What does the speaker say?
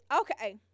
Okay